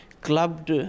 clubbed